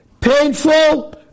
Painful